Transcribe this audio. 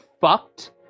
fucked